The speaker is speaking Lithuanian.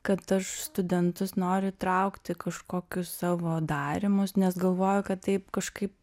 kad aš studentus noriu įtraukt į kažkokius savo darymus nes galvoju kad taip kažkaip